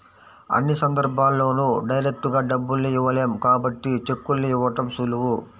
అన్ని సందర్భాల్లోనూ డైరెక్టుగా డబ్బుల్ని ఇవ్వలేం కాబట్టి చెక్కుల్ని ఇవ్వడం సులువు